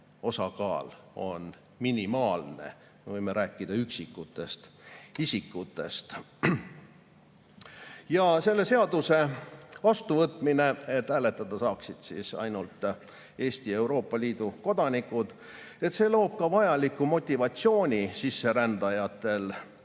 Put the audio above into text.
oskaks, on minimaalne. Me võime rääkida üksikutest isikutest. Selle seaduse vastuvõtmine, et hääletada saaksid ainult Eesti ja Euroopa Liidu kodanikud, loob ka vajaliku motivatsiooni sisserändajatel